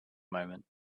moment